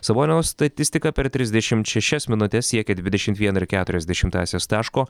sabonio statistika per trisdešimt šešias minutes siekė dvidešim vieną ir keturias dešimtąsias taško